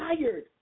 tired